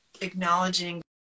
acknowledging